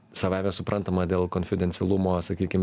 savaime suprantama dėl konfidencialumo sakykim